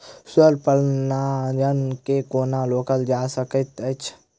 स्व परागण केँ कोना रोकल जा सकैत अछि?